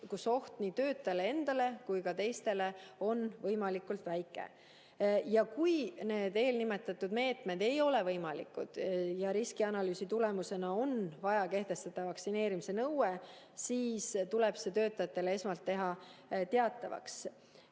kus oht nii töötajale endale kui ka teistele on võimalikult väike. Kui eelnimetatud meetmed ei ole võimalikud ja riskianalüüsi tulemusel on vaja kehtestada vaktsineerimise nõue, siis tuleb see esmalt teha töötajatele